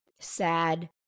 sad